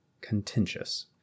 contentious